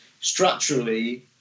structurally